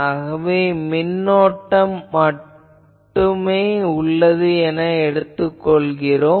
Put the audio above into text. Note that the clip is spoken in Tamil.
ஆகவே மின்னோட்டம் மட்டுமே உள்ளது என எடுத்துக் கொள்கிறோம்